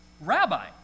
Rabbi